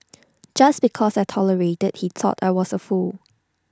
just because I tolerated he thought I was A fool